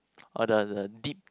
oh the the deep